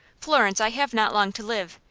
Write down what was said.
florence, i have not long to live.